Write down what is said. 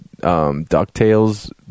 DuckTales